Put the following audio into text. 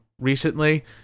recently